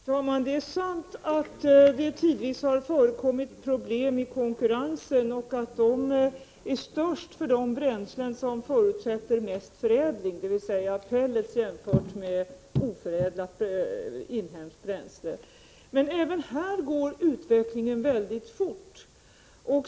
Fru talman! Det är sant att det tidvis har förekommit problem i konkurrensen och att de är störst för det bränsle som förutsätter mest förädling, dvs. pellets jämfört med oförädlat inhemskt bränsle. Men även här går utvecklingen mycket fort.